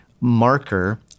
marker